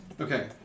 Okay